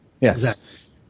Yes